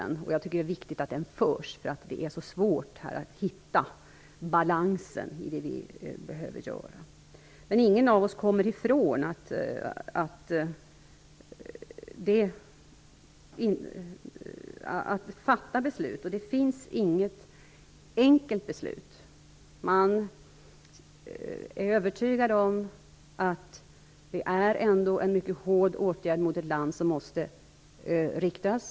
Jag tycker att det är viktigt att den diskussionen förs, eftersom det är så svårt här att hitta en balans i det som vi behöver göra. Ingen av oss kommer dock ifrån att fatta beslut, och det finns inget enkelt beslut. Man är övertygad om att det ändå är en mycket hård åtgärd mot ett land som måste riktas.